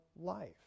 life